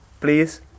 please